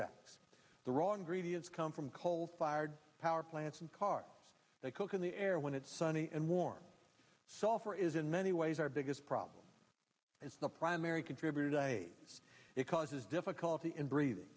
s the wrong grevious come from coal fired power plants and cars they cook in the air when it's sunny and warm software is in many ways our biggest problem as the primary contributor day it causes difficulty in breathing